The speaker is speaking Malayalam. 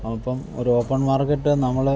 അപ്പം ഒരു ഓപ്പൺ മാർക്കറ്റ് നമ്മൾ